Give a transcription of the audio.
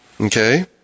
Okay